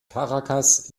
caracas